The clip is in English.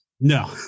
no